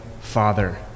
father